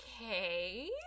okay